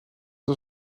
was